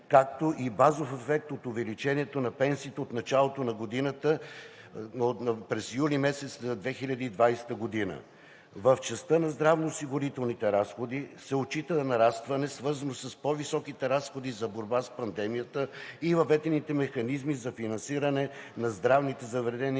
както и базов ефект от увеличението на пенсиите от началото на годината, през юли месец 2020 г. В частта на здравноосигурителните разходи се отчита нарастване, свързано с по-високите разходи за борба с пандемията и въведените механизми за финансиране на здравните заведения